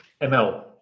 ML